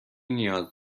نیاز